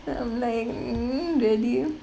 I'm like mm really